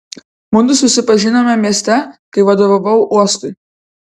mudu susipažinome mieste kai vadovavau uostui